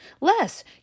less